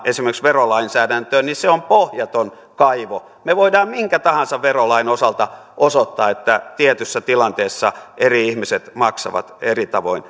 esimerkiksi verolainsäädäntöön niin se on pohjaton kaivo me voimme minkä tahansa verolain osalta osoittaa että tietyssä tilanteessa eri ihmiset maksavat eri tavoin